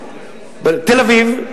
תל-אביב,